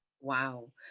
wow